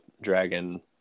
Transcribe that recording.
dragon